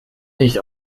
nicht